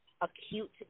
acute